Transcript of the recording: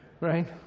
right